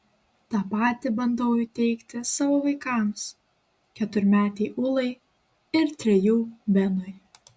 tą patį bandau įteigti savo vaikams keturmetei ūlai ir trejų benui